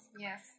Yes